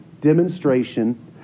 demonstration